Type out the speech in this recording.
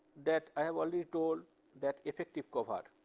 that i have already told that effective cover.